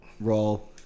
roll